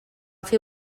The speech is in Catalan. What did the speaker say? fer